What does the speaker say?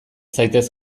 zaitez